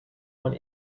one